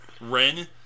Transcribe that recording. Ren